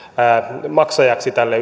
nettomaksajaksi tälle